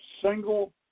single